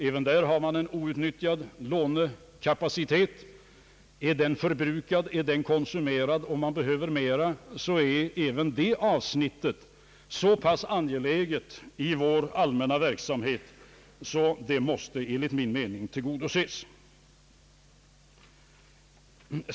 även där har man en outnyttjad lånekapacitet. är den förbrukad och behöver man mera, är även detta avsnitt så pass angeläget i vår allmänna verksamhet att önskemål från institutet enligt min mening måste tillgodoses.